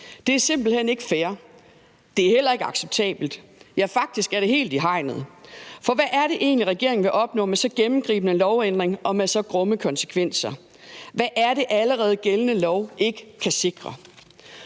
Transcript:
Det er simpelt hen ikke fair, det er heller ikke acceptabelt, ja, faktisk er det helt i hegnet. For hvad er det egentlig, regeringen vil opnå med så gennemgribende en lovændring og med så grumme konsekvenser? Hvad er det, som allerede gældende lov ikke kan sikre?